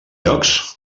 llocs